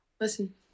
Listen